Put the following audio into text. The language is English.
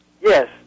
Yes